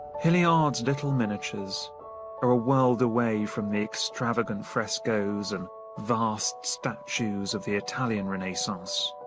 hilliard's little miniatures are a world away from the extravagant frescoes and vast statues of the italian renaissance.